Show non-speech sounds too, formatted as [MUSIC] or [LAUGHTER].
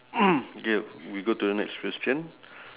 [COUGHS] okay we go to the next question